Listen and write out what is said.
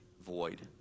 void